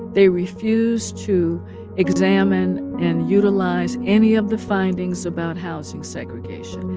they refused to examine and utilize any of the findings about housing segregation.